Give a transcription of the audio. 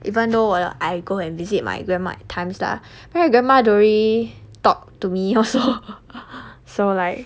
even though I go and visit my grandma at times lah but my grandma don't really talk to me also so like